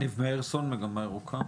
ניב מאירסון, מגמה ירוקה.